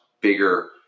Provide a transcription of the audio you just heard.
bigger